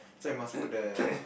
so I must put the